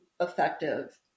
effective